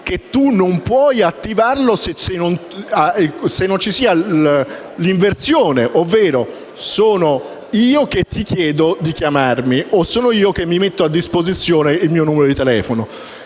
che non lo si possa attivare se non c'è l'inversione, ovvero sono io che ti chiedo di chiamarmi e che ti metto a disposizione il mio numero di telefono.